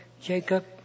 Jacob